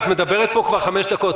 את מדברת פה כבר חמש דקות,